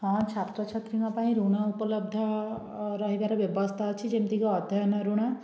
ହଁ ଛାତ୍ରଛାତ୍ରୀଙ୍କ ପାଇଁ ଋଣ ଉପଲବ୍ଧ ରହିବାର ବ୍ୟବସ୍ଥା ଅଛି ଯେମିତିକି ଅଧ୍ୟୟନ ଋଣ